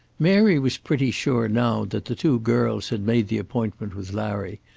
mary was pretty sure now that the two girls had made the appointment with larry,